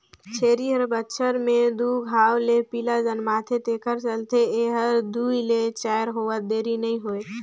छेरी हर बच्छर में दू घांव ले पिला जनमाथे तेखर चलते ए हर दूइ ले चायर होवत देरी नइ होय